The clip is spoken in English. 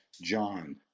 John